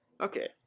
Okay